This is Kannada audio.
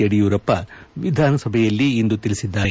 ಯಡಿಯೂರಪ್ಪ ವಿಧಾನಸಭೆಯಲ್ಲಿಂದು ತಿಳಿಸಿದ್ದಾರೆ